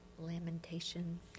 Lamentation